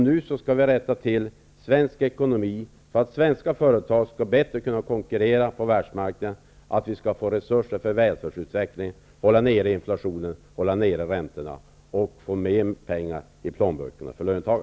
Nu skall vi rätta till svensk ekonomi, så att svenska företag skall kunna konkurrera bättre på världsmarknaden, så att vi skall få resurser för välfärdsutveckling, så att vi kan hålla nere inflationen och räntorna samt så att löntagarna skall få mer pengar i plånböckerna.